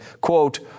quote